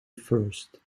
first